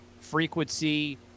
frequency